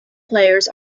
players